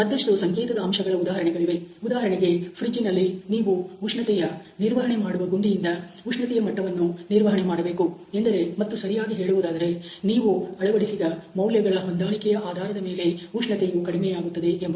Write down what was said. ಮತ್ತಷ್ಟು ಸಂಕೇತದ ಅಂಶಗಳ ಉದಾಹರಣೆಗಳಿವೆ ಉದಾಹರಣೆಗೆ ಫ್ರಿಜ್ಜಿನಲ್ಲಿನೀವು ಉಷ್ಣತೆಯ ನಿರ್ವಹಣೆ ಮಾಡುವ ಗುಂಡಿಯಿಂದ ಉಷ್ಣತೆಯ ಮಟ್ಟವನ್ನು ನಿರ್ವಹಣೆ ಮಾಡಬೇಕು ಎಂದರೆ ಮತ್ತು ಸರಿಯಾಗಿ ಹೇಳುವುದಾದರೆ ನೀವು ಅಳವಡಿಸಿದ ಮೌಲ್ಯಗಳ ಹೊಂದಾಣಿಕೆಯ ಆಧಾರದ ಮೇಲೆ ಉಷ್ಣತೆಯು ಕಡಿಮೆಯಾಗುತ್ತದೆ ಎಂಬುದು